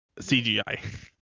CGI